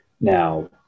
Now